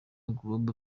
global